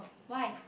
why